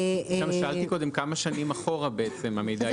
שאלתי קודם כמה שנים אחורה המידע ייאסף.